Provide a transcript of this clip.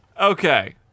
Okay